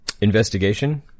Investigation